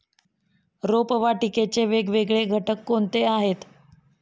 रोपवाटिकेचे वेगवेगळे घटक कोणते आहेत?